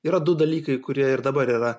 yra du dalykai kurie ir dabar yra